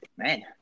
Man